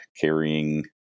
carrying